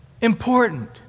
important